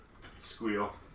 squeal